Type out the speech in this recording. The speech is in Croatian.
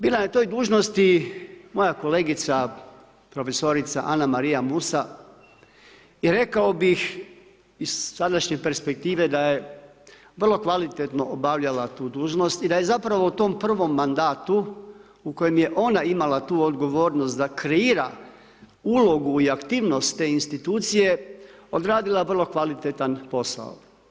Bila je na toj dužnosti moja kolegica prof. Anamarija Musa i rekao bih iz sadašnje perspektive da je vrlo kvalitetno obavljala tu dužnost i da je zapravo u tom prvom mandatu u kojem je ona imala tu odgovornost da kreira ulogu i aktivnost te institucije odradila vrlo kvalitetan posao.